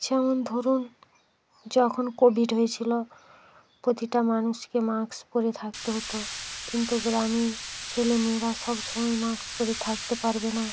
যেমন ধরুন যখন কোভিড হয়েছিলো প্রতিটা মানুষকে মাক্স পরে থাকতে হতো কিন্তু গ্রামের ছেলে মেয়েরা সব সময় মাক্স পরে থাকতে পারবে না